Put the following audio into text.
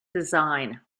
design